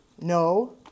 No